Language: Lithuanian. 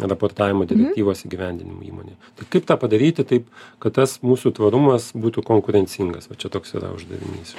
raportavimo direktyvos įgyvendinimu įmonėj tai kaip tą padaryti taip kad tas mūsų tvarumas būtų konkurencingas va čia toks yra uždavinys